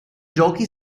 giochi